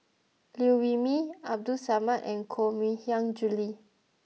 Liew Wee Mee Abdul Samad and Koh Mui Hiang Julie